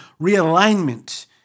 realignment